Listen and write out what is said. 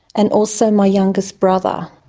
and also my youngest brother.